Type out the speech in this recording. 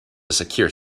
secure